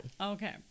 Okay